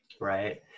right